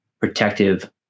protective